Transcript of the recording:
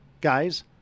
guys